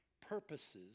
purposes